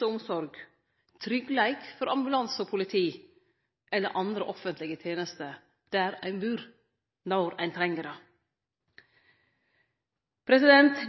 omsorg, tryggleik for ambulanse og politi eller andre offentlege tenester der ein bur, når ein treng det.